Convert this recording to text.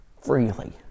freely